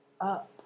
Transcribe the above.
up